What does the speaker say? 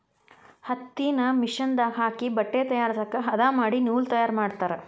ಹತ್ತಿನ ಮಿಷನ್ ದಾಗ ಹಾಕಿ ಬಟ್ಟೆ ತಯಾರಸಾಕ ಹದಾ ಮಾಡಿ ನೂಲ ತಯಾರ ಮಾಡ್ತಾರ